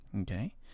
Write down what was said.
Okay